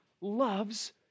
loves